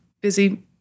busy